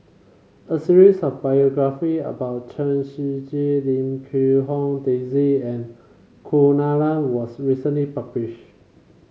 a series of biography about Chen Shiji Lim Quee Hong Daisy and Kunalan was recently published